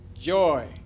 joy